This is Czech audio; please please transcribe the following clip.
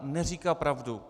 Neříká pravdu.